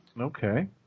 Okay